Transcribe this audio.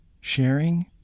sharing